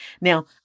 Now